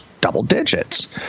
double-digits